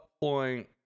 point